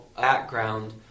background